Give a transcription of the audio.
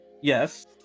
yes